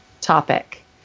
topic